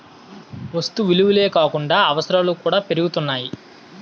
వస్తు విలువలే కాకుండా అవసరాలు కూడా పెరుగుతున్నాయి